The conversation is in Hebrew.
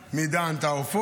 מדן את העופות.